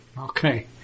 Okay